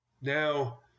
Now